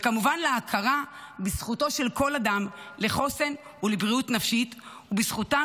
וכמובן להכרה בזכותו של כל אדם לחוסן ולבריאות נפשית ובזכותם